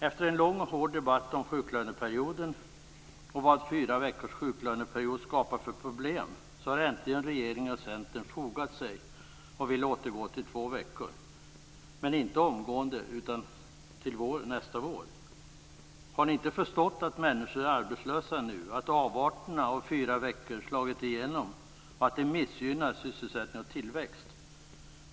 Efter en lång och hård debatt om sjuklöneperioden och vad fyra veckors sjuklöneperiod har skapat för problem har äntligen regeringen och Centern fogat sig och vill återgå till två veckor, men inte omgående utan först till nästa vår. Har ni inte förstått att människor nu är arbetslösa, att avarterna av fyra veckors sjuklöneperiod har slagit igenom och att de missgynnar sysselsättning och tillväxt?